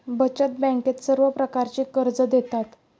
बचत बँकेत सर्व प्रकारची कर्जे देतात